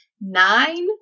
nine